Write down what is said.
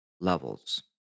levels